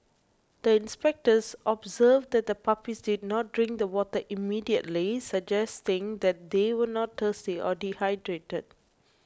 the inspectors observed that the puppies did not drink the water immediately suggesting that they were not thirsty or dehydrated